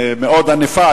היתה מאוד ענפה,